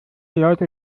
leute